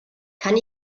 kann